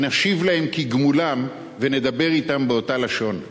שנשיב להם כגמולם ונדבר אתם באותה לשון.